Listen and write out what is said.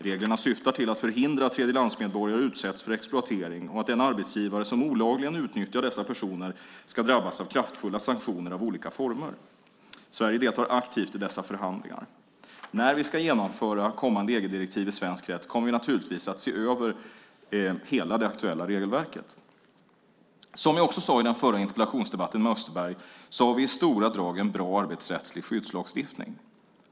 Reglerna syftar till att förhindra att tredjelandsmedborgare utsätts för exploatering och att den arbetsgivare som olagligen utnyttjar dessa personer ska drabbas av kraftfulla sanktioner i olika former. Sverige deltar aktivt i dessa förhandlingar. När vi ska genomföra kommande EG-direktiv i svensk rätt kommer vi naturligtvis att se över hela det aktuella regelverket. Som jag också sade i den förra interpellationsdebatten med Österberg så har vi i stora drag en bra arbetsrättslig skyddslagstiftning.